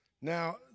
Now